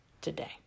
today